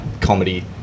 comedy